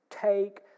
take